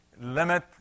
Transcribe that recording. Limit